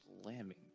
slamming